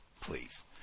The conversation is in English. Please